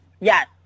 Yes